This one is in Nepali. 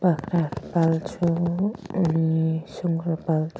बाख्राहरू पाल्छु अनि सुँगुर पाल्छु